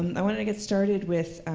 i wanted to get started with